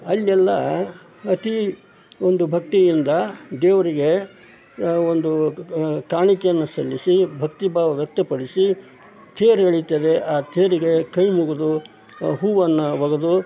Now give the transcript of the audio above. ಅಲ್ಲೆಲ್ಲ ಅತಿ ಒಂದು ಭಕ್ತಿಯಿಂದ ದೇವರಿಗೆ ಒಂದು ಕಾಣಿಕೆಯನ್ನು ಸಲ್ಲಿಸಿ ಭಕ್ತಿ ಭಾವ ವ್ಯಕ್ತಪಡಿಸಿ ತೇರು ಎಳಿತೇವೆ ಆ ತೇರಿಗೆ ಕೈ ಮುಗಿದು ಹೂವನ್ನು ಒಗೆದು